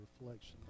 reflection